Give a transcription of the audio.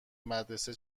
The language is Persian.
مدرسه